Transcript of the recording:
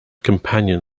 companion